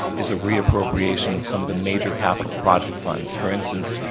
is a reappropriation of some of the major capital project funds. for instance,